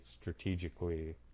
strategically